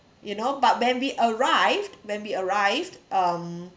you know but when we arrived when we arrived um